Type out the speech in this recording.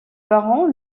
baron